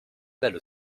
belle